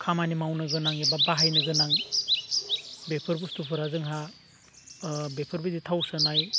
खामानि मावनो गोनां एबा बाहायनो गोनां बेफोर बुस्थुफोरा जोंहा बेफोरबायदि थाव सोनाय